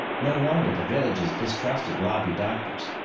no wonder the villagers distrusted lobby doctors.